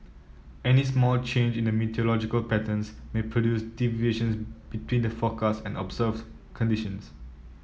any small change in the meteorological patterns may produce deviations between the forecast and observes conditions